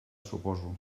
suposo